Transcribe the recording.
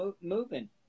moving